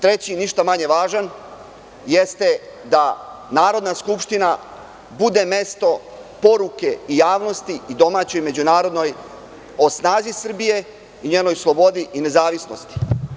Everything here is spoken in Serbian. Treći, ništa manje važan, jeste da Narodna skupština bude mesto poruke i javnosti i domaćoj i međunarodnoj o snazi Srbije i njenoj slobodi i nezavisnosti.